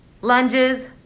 lunges